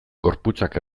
gorputzak